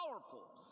powerful